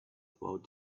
about